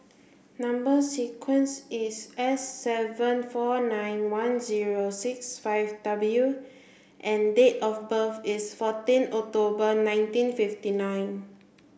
number sequence is S seven four nine one zero six five W and date of birth is fourteen October nineteen fifty nine